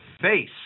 face